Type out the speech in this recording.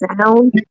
sound